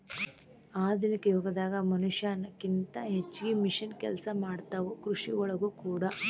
ಆಧುನಿಕ ಯುಗದಾಗ ಮನಷ್ಯಾನ ಕಿಂತ ಹೆಚಗಿ ಮಿಷನ್ ಕೆಲಸಾ ಮಾಡತಾವ ಕೃಷಿ ಒಳಗೂ ಕೂಡಾ